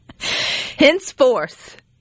Henceforth